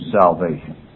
salvation